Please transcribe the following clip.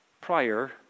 prior